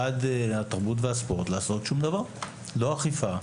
למשרד התרבות והספורט לעשות שום דבר - לא אכיפה,